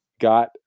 got